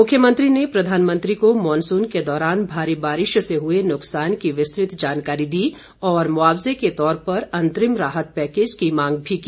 मुख्यमंत्री ने प्रधानमंत्री को मॉनसून के दौरान भारी बारिश से हुए नुकसान की विस्तृत जानकारी दी और मुआवजे के तौर पर अंतरिम राहत पैकेज की मांग भी की